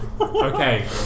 Okay